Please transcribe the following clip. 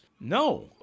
No